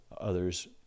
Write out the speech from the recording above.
others